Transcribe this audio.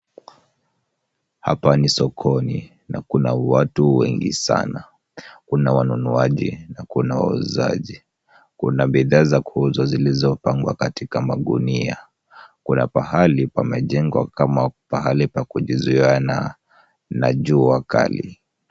Hapa ni sokoni na kuna watu wengi sana. Kuna wanunuaji na wauzaji. Kuna bidhaa za kuuzwa zilizopangwa katika magunia. Kuna pahali pamejengwa kama pahali pa kujizuia na jua kali.